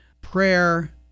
prayer